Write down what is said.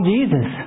Jesus